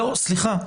סליחה.